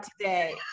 today